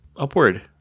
upward